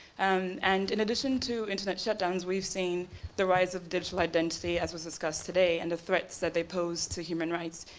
and and in addition to internet shutdowns, we've seen the rise of digital identity as was discussed today, and the threats that they pose to human rights,